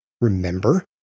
Remember